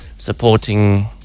supporting